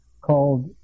called